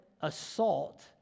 assault